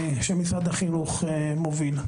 שמשרד החינוך מוביל.